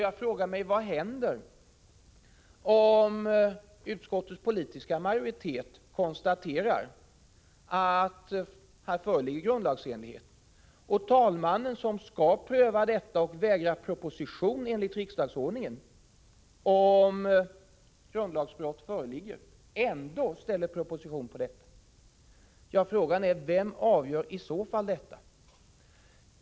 Jag frågar mig: Vad händer om utskottets politiska majoritet konstaterar att det föreligger grundlagsenlighet och talmannen, som enligt riksdagsordningen skall pröva detta och vägra proposition om grundlagsbrott föreligger, ändå ställer proposition? Vem skall i så fall avgöra?